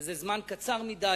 שזה זמן קצר מדי.